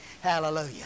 Hallelujah